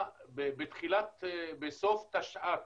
בסוף תשע"ט,